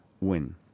win